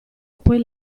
poi